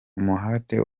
umuhate